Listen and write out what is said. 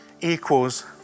equals